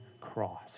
cross